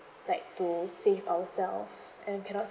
like to save ourselves and cannot